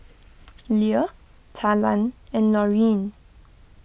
Lea Talan and Laurine